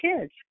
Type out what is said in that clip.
kids